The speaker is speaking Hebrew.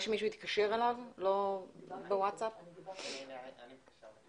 אני רוצה שתתייחס לסוגיה הזאת